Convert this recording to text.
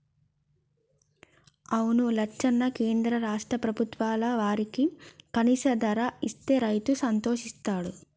అవును లచ్చన్న కేంద్ర రాష్ట్ర ప్రభుత్వాలు వారికి కనీస ధర ఇస్తే రైతు సంతోషిస్తాడు